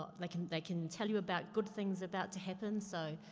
like can, they can tell you about good things about to happen. so,